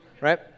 Right